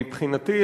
מבחינתי,